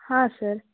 ಹಾಂ ಸರ್